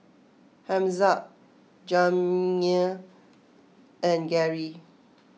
Hamza Jamey and Gary